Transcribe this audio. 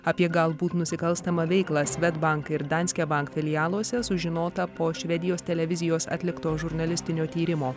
apie galbūt nusikalstamą veiklą swedbank ir danske bank filialuose sužinota po švedijos televizijos atlikto žurnalistinio tyrimo